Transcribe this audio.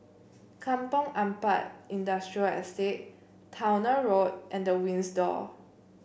Kampong Ampat Industrial Estate Towner Road and The Windsor